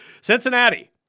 Cincinnati